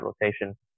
rotation